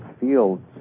fields